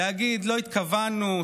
להגיד שלא התכוונו,